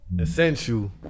Essential